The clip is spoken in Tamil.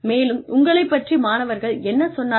மேலும் உங்களைப் பற்றி மாணவர்கள் என்ன சொன்னார்கள்